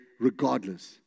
regardless